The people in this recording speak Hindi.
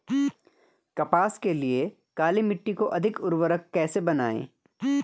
कपास के लिए काली मिट्टी को अधिक उर्वरक कैसे बनायें?